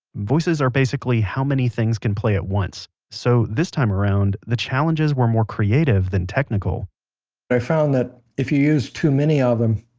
voices are basically how many things can play at once. so this time around, the challenges were more creative than technical i found that if you use too many of them,